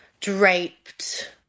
draped